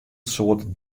soad